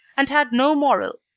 and had no moral.